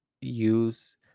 use